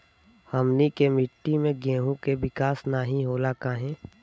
हमनी के मिट्टी में गेहूँ के विकास नहीं होला काहे?